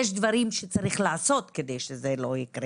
יש דברים שצריך לעשות על מנת שזה לא יקרה.